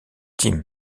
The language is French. tim